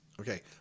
Okay